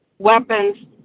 Weapons